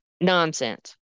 nonsense